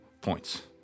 points